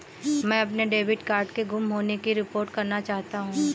मैं अपने debit card के गुम होने की रिपोर्ट करना चाहता हूँ